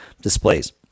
displays